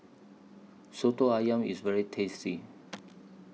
Soto Ayam IS very tasty